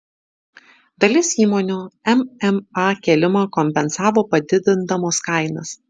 dalis įmonių mma kėlimą kompensavo padidindamos kainas